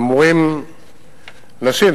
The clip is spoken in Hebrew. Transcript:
אמורים אנשים,